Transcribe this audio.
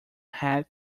had